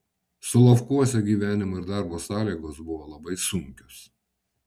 solovkuose gyvenimo ir darbo sąlygos buvo labai sunkios